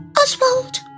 Oswald